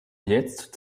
jetzt